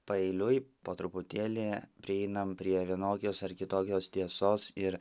paeiliui po truputėlį prieinam prie vienokios ar kitokios tiesos ir